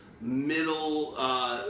middle